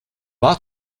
war